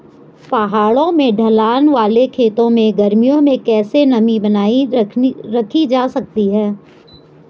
पहाड़ों में ढलान वाले खेतों में गर्मियों में कैसे नमी बनायी रखी जा सकती है?